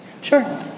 Sure